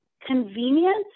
convenience